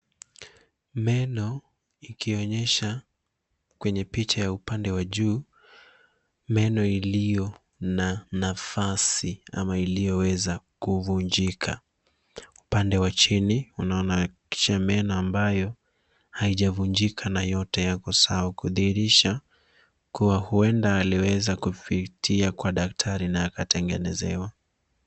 Meno ikionyeshwa kwenye picha upande wa juu, meno iliyo na nafasi nafasi ama iliyoweza kuvunjika. Upande wa chini, yanaonekana meno ambayo hayajavunjika na yote yako sawa, ikionyesha kuwa huenda mhusika alifika kwa daktari wa meno na akayatengenezewa.